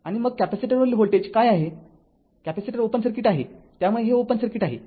आणि मग कॅपेसिटर वरील व्होल्टेज काय आहेकॅपेसिटर ओपन सर्किट आहे त्यामुळे हे ओपन सर्किट आहे